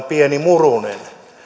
pieni murunen